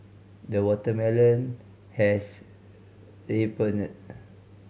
the watermelon has ripened